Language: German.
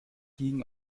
gingen